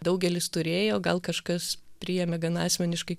daugelis turėjo gal kažkas priėmė gan asmeniškai